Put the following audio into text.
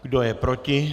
Kdo je proti?